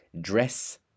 dress